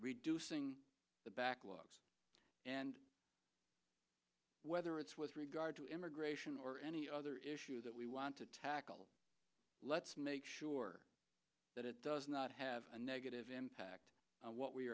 reducing the backlog and whether it's with regard to immigration or any other issue that we want to tackle let's make sure that it does not have a negative impact on what we